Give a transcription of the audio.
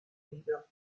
libro